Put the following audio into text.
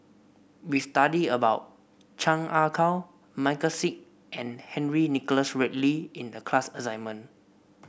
we studied about Chan Ah Kow Michael Seet and Henry Nicholas Ridley in the class assignment